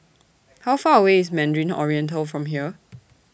How Far away IS Mandarin Oriental from here